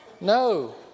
No